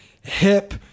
hip